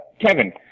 Kevin